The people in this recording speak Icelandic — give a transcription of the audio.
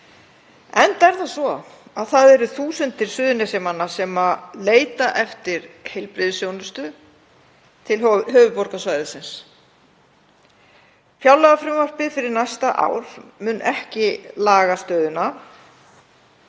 Enda er það svo að þúsundir Suðurnesjamanna leita eftir heilbrigðisþjónustu til höfuðborgarsvæðisins. Fjárlagafrumvarpið fyrir næsta ár mun ekki laga stöðuna.